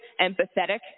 empathetic